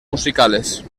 musicales